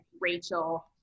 Rachel